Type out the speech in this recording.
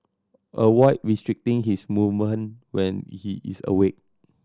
avoid restricting his movement when he is awake